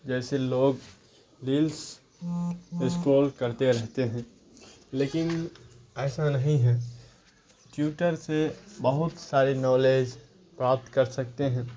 جیسے لوگ reels scroll کرتے رہتے ہیں لیکن ایسا نہیں ہے ٹیوٹر سے بہت سارے نالج پراپت کر سکتے ہیں